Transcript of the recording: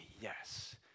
yes